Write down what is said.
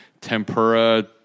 tempura